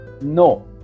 no